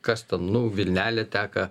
kas ten nu vilnelė teka